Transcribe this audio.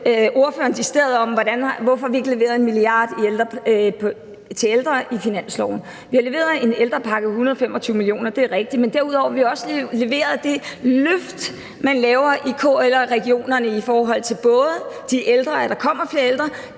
ordføreren decideret om, hvorfor vi ikke leverede 1 mia. kr. til ældre i finansloven. Vi har leveret en ældrepakke på 125 mio. kr. Det er rigtigt, men derudover har vi også leveret det løft, man laver i KL og regionerne, i forhold til at der kommer flere ældre.